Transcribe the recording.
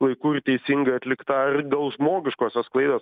laiku ir teisingai atlikta ar dėl žmogiškosios klaidos